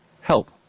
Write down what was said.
help